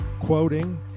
Quoting